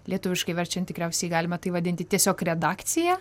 lietuviškai verčiant tikriausiai galima tai vadinti tiesiog redakcija